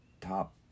top